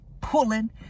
pulling